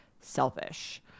Selfish